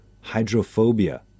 hydrophobia